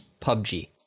PUBG